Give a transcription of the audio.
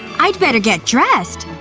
i'd better get dressed.